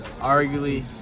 arguably